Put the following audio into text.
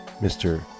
Mr